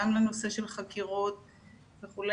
גם לנושא של חקירות וכו'.